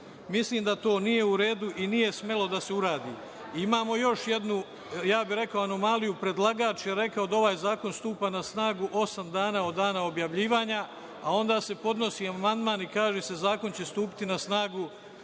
Mislim da to nije u redu i nije smelo da se uradi. Imamo još jednu, ja bih rekao, anomaliju, predlagač je rekao da ovaj zakon stupa na snagu osam dana od dana objavljivanja, a onda se podnosi amandman i kaže se - zakon će stupiti na snagu